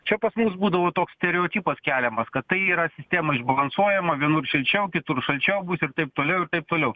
čia pas mus būdavo toks stereotipas keliamas kad tai yra sistema išbalansuojama vienur šilčiau kitur šalčiau bus ir taip toliau ir taip toliau